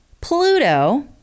Pluto